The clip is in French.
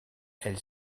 elle